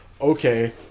Okay